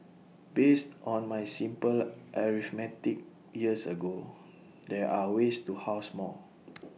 based on my simple arithmetic years ago there are ways to house more